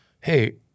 hey